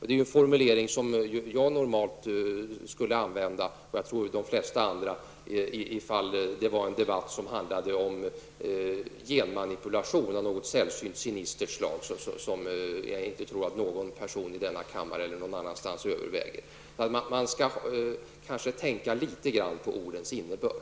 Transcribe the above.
Det är en formulering som jag och, tror jag, de flesta andra normalt skulle använda ifall debatten handlade om genmanipulation av något sällsynt sinistertslag, som jag inte tror någon i denna kammare eller någon annanstans överväger. Man kanske skall tänka litet på ordens innebörd.